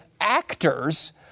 actors